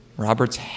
Robert's